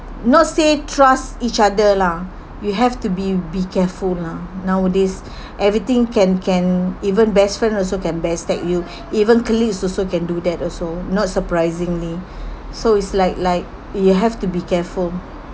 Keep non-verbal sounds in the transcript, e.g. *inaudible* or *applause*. not say trust each other lah you have to be be careful lah nowadays *breath* everything can can even best friend also can back stab you *breath* even colleagues also can do that also not surprisingly so it's like like you'll have to be careful